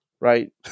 right